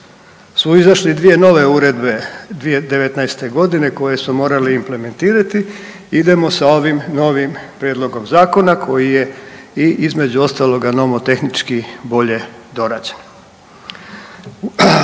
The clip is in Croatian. su izašle 2 nove uredbe 2019. g. koje smo morali implementirati, idemo sa ovim novim Prijedlogom zakona koji je i, između ostalo, nomotehnički bolje dorađen.